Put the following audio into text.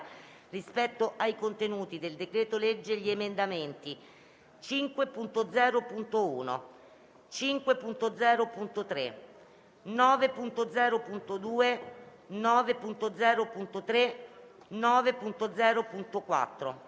rispetto ai contenuti del decreto-legge, gli emendamenti 5.0.1, 5.0.3, 9.0.2, 9.0.3 e 9.0.4.